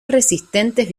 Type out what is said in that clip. resistentes